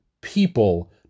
people